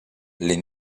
les